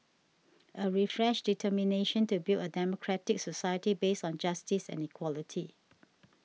a refreshed determination to build a democratic society based on justice and equality